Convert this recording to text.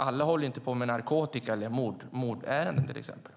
Alla håller ju inte på med exempelvis narkotika och mordärenden.